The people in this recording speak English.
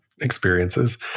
experiences